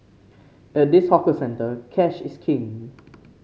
at this hawker centre cash is king